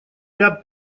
ряд